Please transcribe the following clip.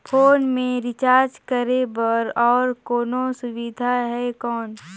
Phone मे recharge करे बर और कोनो सुविधा है कौन?